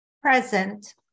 Present